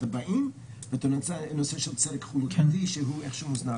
הבאים וגם את נושא הצדק החלוקתי שאיכשהו הוזנח.